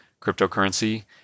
cryptocurrency